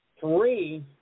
three